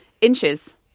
inches